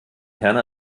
herne